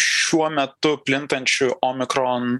šiuo metu plintančių omikron